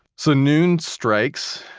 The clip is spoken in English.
so noon strikes,